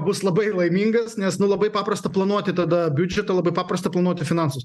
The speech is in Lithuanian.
bus labai laimingas nes nu labai paprasta planuoti tada biudžetą labai paprasta planuoti finansus